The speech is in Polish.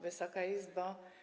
Wysoka Izbo!